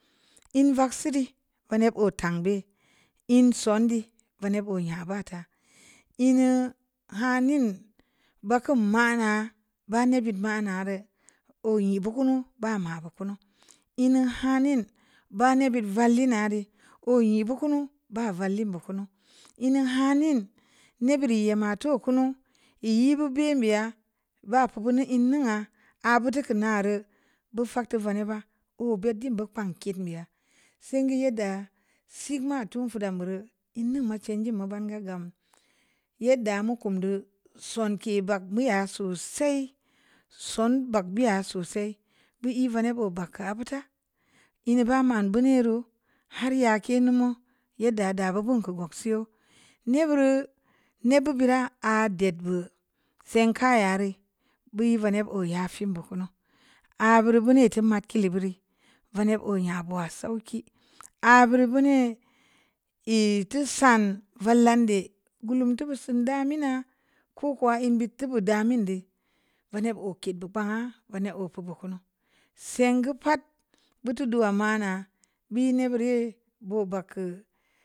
In vakseu reu veneb oo tang bee, in sonde veneb oo nya baa taa ineu hanin ba keum ma’na ba nebid ma’nare oo nyi bu kunu baa ma’bu kunu, ina hanin ba nebid vallina ri oo nyi bu kunu ba vallin bu kunu ina hanin nebid i emma too kunu i i’ bu be’n beya baa pi’ bineu in ningna aa buteu keu naare bu fak teu veneb oo bed din bu kpang kednbeya, singu yedda sik maa tun fudaum bereu in ning ma chanjin mu banga gam yedda mu kum deu sonke bagmuya sosai soon bagbuya sosai, bi i veneb oo bag keu abu ta, ina baa ma’n beuneu roo har yaake numu, yedda daa bu beun keu gonseu yoo, nebbureu nebbu bira aa dedbu seng ka’ya reu bu i’ veneb oo yafin bu kunu aa bira beuneu i teu mad kileu buri veneb oo nya buwa sonki, aa buri bene i teu sanm vallande gullum teu bu sin damina ko koma in bid teu bu damin ne veneb oo ked bu kpangna veneb oo pi bu kunu, sengu pad butu dua ma’na bu i’ neburi yee boo bag keu